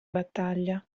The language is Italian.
battaglia